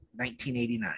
1989